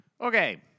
Okay